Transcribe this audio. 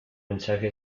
mensaje